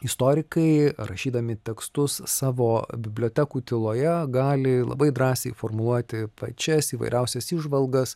istorikai rašydami tekstus savo bibliotekų tyloje gali labai drąsiai formuluoti pačias įvairiausias įžvalgas